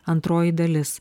antroji dalis